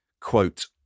Quote